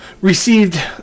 received